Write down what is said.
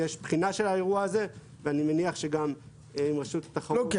יש בחינה של האירוע הזה ואני מניח שגם רשות התחרות -- אנחנו